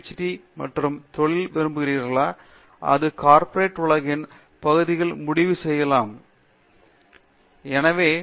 D பட்டம் மற்றும் தொழில் என்ன விரும்புகிறார்களோ அதை கார்ப்பரேட் உலகின் சில பகுதிகள் முடிவு செய்யலாம் என்று சொல்லலாம்